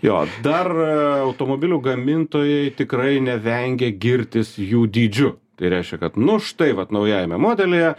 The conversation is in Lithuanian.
jo dar automobilių gamintojai tikrai nevengia girtis jų dydžiu tai reiškia kad nu štai vat naujajame modelyje